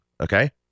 Okay